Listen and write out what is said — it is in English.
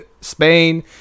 Spain